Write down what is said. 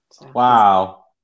Wow